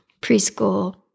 preschool